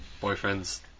boyfriend's